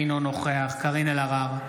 אינו נוכח קארין אלהרר,